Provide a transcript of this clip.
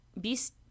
beast